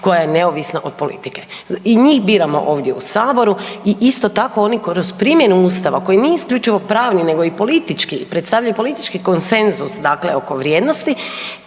koja je neovisna od politike. I njih biramo ovdje u Saboru i isto tako oni kroz primjenu Ustava, koji nije isključivo pravni nego i politički, predstavljaju politički konsenzus, dakle oko vrijednosti,